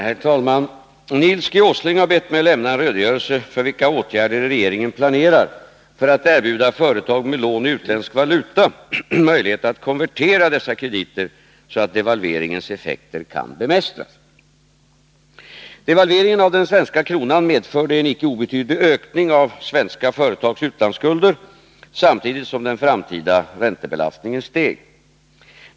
Herr talman! Nils G. Åsling har bett mig lämna en redogörelse för vilka åtgärder regeringen planerar för att erbjuda företag med lån i utländsk valuta möjligheter att konvertera dessa krediter, så att devalveringens effekter kan bemästras. Devalveringen av den svenska kronan medförde en icke obetydlig ökning av svenska företags utlandsskulder, samtidigt som den framtida räntebelastningen steg.